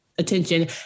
attention